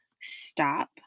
stop